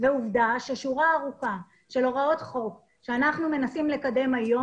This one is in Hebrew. עובדה ששורה ארוכה של הוראות חוק שאנחנו מנסים לקדם היום,